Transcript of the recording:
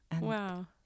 Wow